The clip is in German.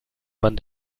man